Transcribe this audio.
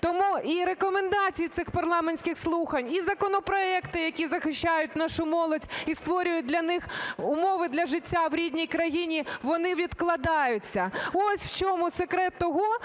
Тому і рекомендації цих парламентських слухань, і законопроекти, які захищають нашу молодь і створюють для них умови для життя в рідній країні, вони відкладаються. Ось в чому секрет того,